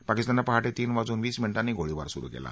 पाकिस्ताननं पहाटे तीन वाजून वीस मिनिटांनी गोळीबार सुरू केला